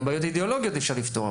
גם בעיות אידיאולוגיות אפשר לפתור.